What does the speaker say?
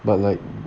but like